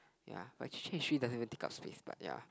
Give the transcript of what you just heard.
ya but actually chat history doesn't even take up space but ya